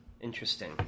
Interesting